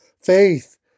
faith